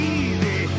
easy